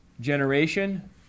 generation